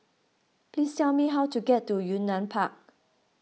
please tell me how to get to Yunnan Park